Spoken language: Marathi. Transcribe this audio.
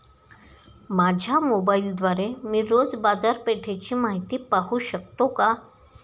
माझ्या मोबाइलद्वारे मी रोज बाजारपेठेची माहिती पाहू शकतो का?